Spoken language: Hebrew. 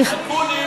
אקוניס אומר,